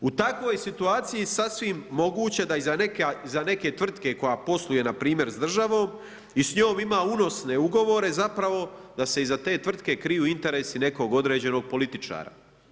U takvoj situaciji, sasvim moguće da iza neke tvrtke koja posluje npr. s državom i s njom ima unosne ugovore, da se iza te tvrtke kriju interesi nekog određenog političara.